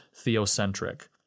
theocentric